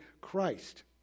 Christ